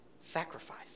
sacrifice